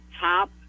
top